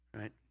right